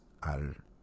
al